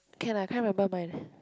can I can't remember mine